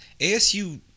ASU